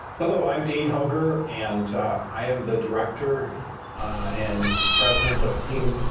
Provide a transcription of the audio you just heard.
hello, i'm dean hoegger and i am the director and president of clean